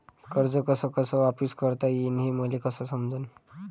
कर्ज कस कस वापिस करता येईन, हे मले कस समजनं?